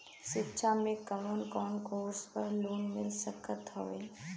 शिक्षा मे कवन कवन कोर्स पर लोन मिल सकत हउवे?